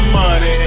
money